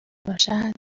باشد